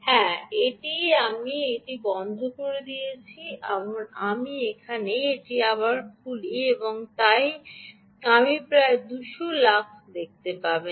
হ্যাঁ আমি এটি বন্ধ করে দিয়েছি এবং আমি এখানে এটি আবার খুলি এবং তাই আপনি প্রায় 200 লাক্স দেখতে পাবেন